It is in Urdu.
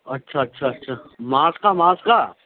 اچھا اچھا اچھا ماس کا ماس کا